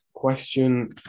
Question